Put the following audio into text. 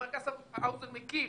חבר הכנסת האוזר מכיר.